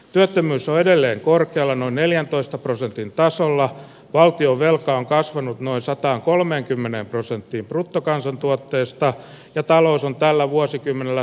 työttömyys on edelleen korkealla noin neljäntoista prosentin tasolla valtion velka on kasvanut noin sataan kolmenkymmenen prosenttiin bruttokansantuotteesta ja talous on tällä vuosikymmenellä